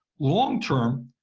long-term,